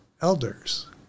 elders